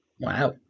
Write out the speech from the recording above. Wow